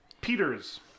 Peters